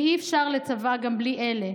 ואי-אפשר לצבא גם בלי אלה,